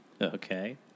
Okay